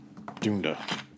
Dunda